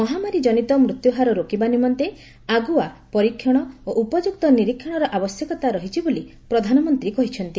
ମହାମାରୀଜନିତ ମୃତ୍ୟୁହାର ରୋକିବା ନିମନ୍ତେ ଆଗ୍ରଆ ପରୀକ୍ଷଣ ଓ ଉପଯ୍ୟକ୍ତ ନିରୀକ୍ଷଣର ଆବଶ୍ୟକତା ରହିଛି ବୋଲି ପ୍ରଧାନମନ୍ତ୍ରୀ କହିଛନ୍ତି